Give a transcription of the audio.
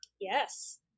Yes